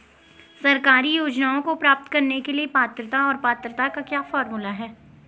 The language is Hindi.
सरकारी योजनाओं को प्राप्त करने के लिए पात्रता और पात्रता का क्या फार्मूला है?